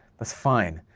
that's fine,